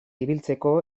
ibiltzeko